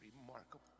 remarkable